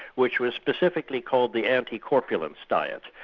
which was specifically called the anti corpulence diet,